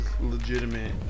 legitimate